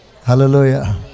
Hallelujah